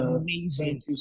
amazing